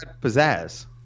pizzazz